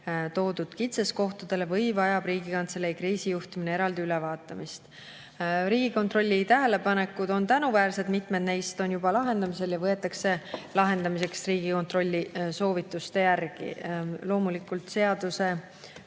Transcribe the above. toodud kitsaskohtadele või vajab Riigikantselei kriisijuhtimine eraldi ülevaatamist?" Riigikontrolli tähelepanekud on tänuväärsed, mitmed neist on juba lahendamisel ja võetakse lahendamiseks ette Riigikontrolli soovituste järgi. Loomulikult, seaduses